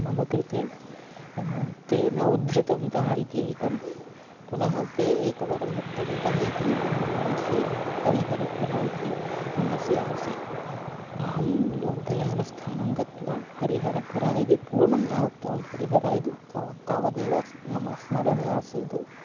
मम कृते ते न उद्धृतवन्तः इति एकं पुनः ते एकवारम् उक्तवन्तः इति मम मनसि हरिहरपुरा इति मनसि आसीत् अहं लोकयानस्थानं गत्वा हरिहरपुरा इति पूर्णं न उक्तवान् हरिहर इति उक्तवान् तावदेव मम स्मरणे आसीद्